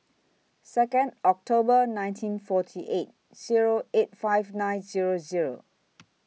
Second October nineteen forty eight Zero eight five nine Zero Zero